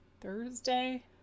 Thursday